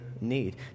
need